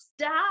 Stop